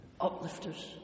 Uplifters